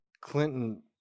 Clinton